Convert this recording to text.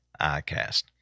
ICAST